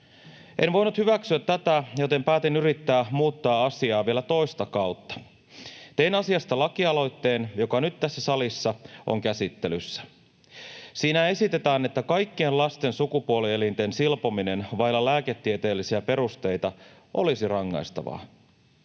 En voinut hyväksyä tätä, joten päätin yrittää muuttaa asiaa vielä toista kautta. Tein asiasta lakialoitteen, joka nyt tässä salissa on käsittelyssä. Siinä esitetään, että kaikkien lasten sukupuolielinten silpominen vailla lääketieteellisiä perusteita olisi rangaistavaa.